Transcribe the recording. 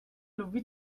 lubi